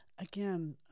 again